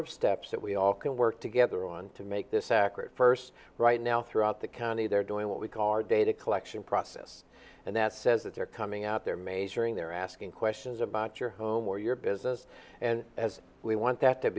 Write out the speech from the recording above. of steps that we all can work together on to make this accurate first right now throughout the county they're doing what we call our data collection process and that says that they're coming out they're majoring they're asking questions about your home or your business and as we want that to